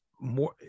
more